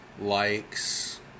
likes